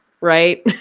right